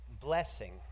blessing